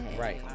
Right